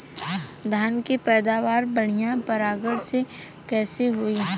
धान की पैदावार बढ़िया परागण से कईसे होई?